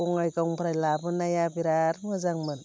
बङाइगावनिफ्राइ लाबोनाया बेराद मोजांमोन